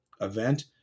event